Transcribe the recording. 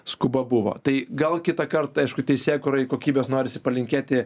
skuba buvo tai gal kitą kartą aišku teisėkūrai kokybės norisi palinkėti